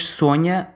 sonha